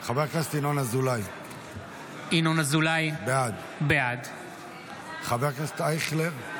ינון אזולאי, בעד ישראל אייכלר,